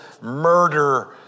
murder